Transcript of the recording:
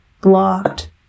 blocked